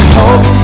hope